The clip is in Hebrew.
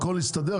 הכול יסתדר,